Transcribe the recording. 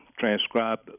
transcribe